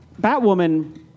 Batwoman